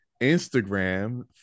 instagram